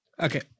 Okay